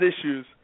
issues